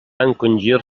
encongir